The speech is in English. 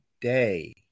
day